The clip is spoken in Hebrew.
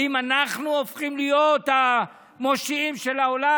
האם אנחנו הופכים להיות המושיעים של העולם?